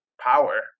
power